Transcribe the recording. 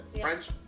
French